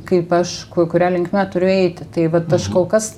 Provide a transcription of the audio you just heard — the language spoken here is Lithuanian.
kaip aš kuria linkme turiu eiti tai vat aš kol kas